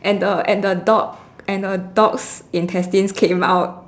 and the and the dog and a dog's intestines came out